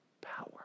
power